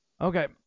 Okay